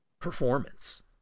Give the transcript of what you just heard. performance